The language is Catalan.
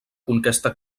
conquesta